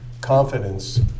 confidence